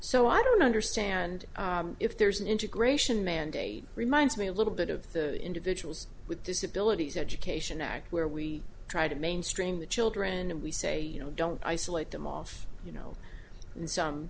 so i don't understand if there's an integration mandate reminds me a little bit of the individuals with disabilities education act where we try to mainstream the children and we say you know don't isolate them off you know